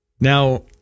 Now